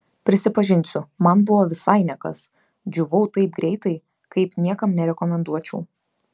prisipažinsiu man buvo visai ne kas džiūvau taip greitai kaip niekam nerekomenduočiau